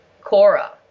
Cora